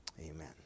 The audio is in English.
Amen